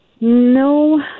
no